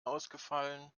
ausgefallen